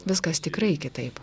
viskas tikrai kitaip